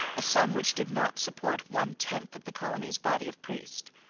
a sum which did not support one-tenth of the colony's body of priests.